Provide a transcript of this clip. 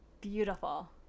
beautiful